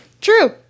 True